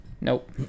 nope